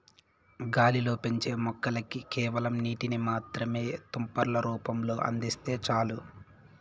గాలిలో పెంచే మొక్కలకి కేవలం నీటిని మాత్రమే తుంపర్ల రూపంలో అందిస్తే చాలు